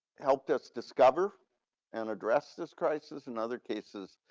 helped us discover and address this crisis and other cases,